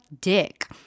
dick